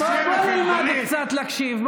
גלית, בואי נלמד קצת להקשיב.